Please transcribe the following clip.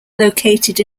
located